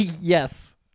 Yes